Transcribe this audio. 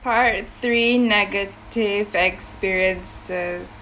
part three negative experiences